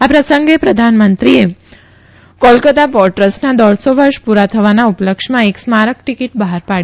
આ પ્રસંગે પ્રધાનમંત્રીએ કોલાકાતા પોર્ટ ટ્રસ્ટના દોઢસો વર્ષ પૂરા થવાના ઉપલક્ષ્યમાં એક સ્મારક ટીકીટ બહાર પાડી